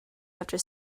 after